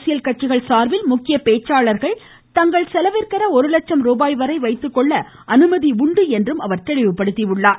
அரசியல் கட்சிகள் சார்பில் முக்கிய பேச்சாளர்கள் தங்கள் செலவிற்கென ஒரு லட்சம் ருபாய்வரை வைத்துக்கொள்ள அனுமதி உண்டு என்று அவர் தெரிவித்தார்